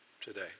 today